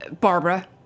Barbara